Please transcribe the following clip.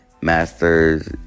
Masters